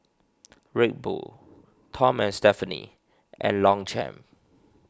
Red Bull Tom and Stephanie and Longchamp